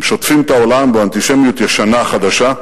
שוטפים את העולם באנטישמיות ישנה-חדשה,